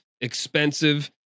expensive